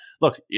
look